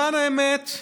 למען האמת,